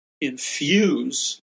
infuse